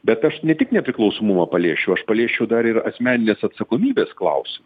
bet aš ne tik nepriklausomumą paliesčiau aš paliesčiau dar ir asmeninės atsakomybės klausimą